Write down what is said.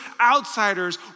outsiders